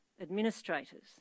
administrators